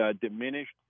diminished